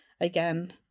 again